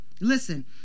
Listen